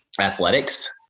athletics